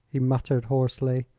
he muttered, hoarsely.